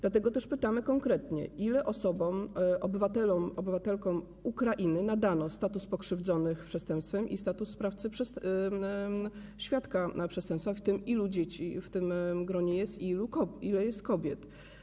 Dlatego też pytamy konkretnie, ilu osobom, obywatelom, obywatelkom Ukrainy nadano status pokrzywdzonych przestępstwem i status świadka przestępstwa, w tym ile w tym gronie jest dzieci i ile jest kobiet.